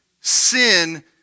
sin